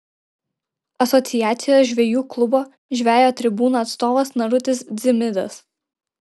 asociacijos žvejų klubo žvejo tribūna atstovas narutis dzimidas